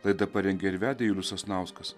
laidą parengė ir vedė julius sasnauskas